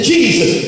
Jesus